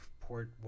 port